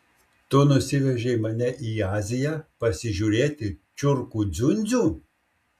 tu nusivežei mane į aziją pasižiūrėti čiurkų dziundzių